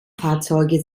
fahrzeuge